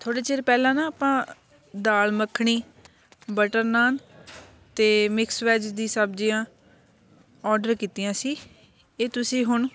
ਥੋੜ੍ਹੇ ਚਿਰ ਪਹਿਲਾਂ ਨਾ ਆਪਾਂ ਦਾਲ ਮੱਖਣੀ ਬਟਰ ਨਾਨ ਅਤੇ ਮਿਕਸ ਵੈਜ ਦੀ ਸਬਜ਼ੀਆਂ ਔਡਰ ਕੀਤੀਆਂ ਸੀ ਇਹ ਤੁਸੀਂ ਹੁਣ